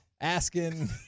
asking